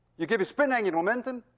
you give it spin angular momentum,